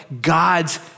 God's